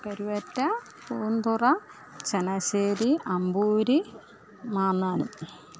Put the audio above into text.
Karuvatta Poonthura Changanassery Amboori Mannanam